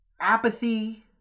apathy